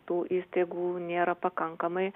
tų įstaigų nėra pakankamai